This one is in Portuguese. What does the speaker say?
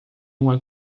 uma